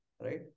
right